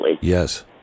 Yes